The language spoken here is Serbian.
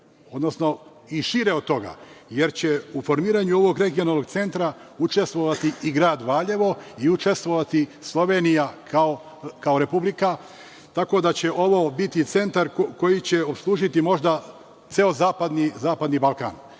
odnosno i šire od toga, jer će u formiranju ovog regionalnog centra učestvovati i grad Valjevo i učestvovati Slovenija kao Republika, tako da će ovo biti centar koji će opslužiti možda ceo zapadni Balkan. Ja